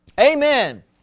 Amen